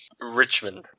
Richmond